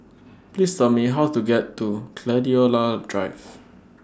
Please Tell Me How to get to Gladiola Drive